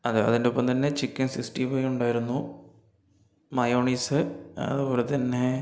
അതെ അതിന്റൊപ്പം തന്നെ ചിക്കൻ സിക്സ്റ്റി ഫൈവ് ഉണ്ടായിരുന്നു മയോണൈസ്സ് അതുപോലെ തന്നെ